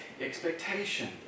expectation